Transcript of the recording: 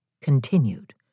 continued